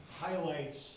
highlights